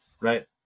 Right